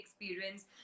experience